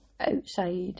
outside